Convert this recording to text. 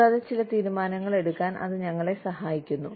കൂടാതെ ചില തീരുമാനങ്ങൾ എടുക്കാൻ അത് ഞങ്ങളെ സഹായിക്കുന്നു